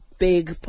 Big